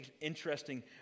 interesting